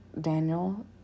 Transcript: Daniel